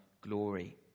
glory